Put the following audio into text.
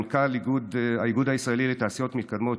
מנכ"לית האיגוד הישראלי לתעשיות מתקדמות,